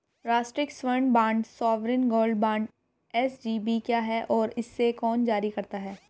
राष्ट्रिक स्वर्ण bond sovereign gold bond SGB क्या है और इसे कौन जारी करता है?